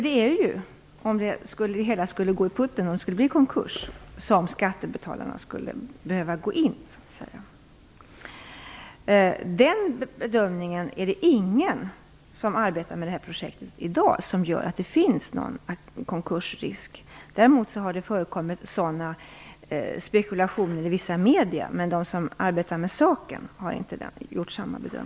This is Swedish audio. Det är ju om det hela skulle gå i konkurs som skattebetalarna behöver gå in. Ingen som arbetar med projektet i dag gör den bedömningen att det finns någon konkursrisk. Däremot har det förekommit sådana spekulationer i vissa medier.